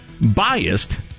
biased